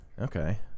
Okay